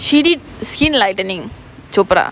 she did skin lightening chopra